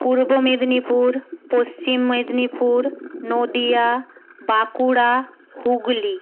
Purba Medinipur Paschim Medinipur Nadia Bankura Hooghly